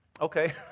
Okay